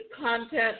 content